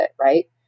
right